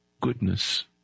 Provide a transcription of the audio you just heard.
goodness